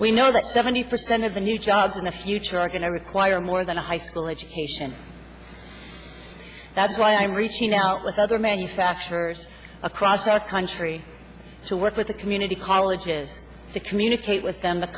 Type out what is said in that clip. we know that seventy percent of the new jobs in the future are going to require more than a high school education that's why i'm reaching out with other manufacturers across the country to work with the community colleges to communicate with them the